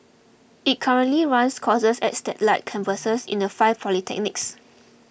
it currently runs courses at satellite campuses in the five polytechnics